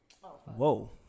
Whoa